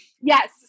yes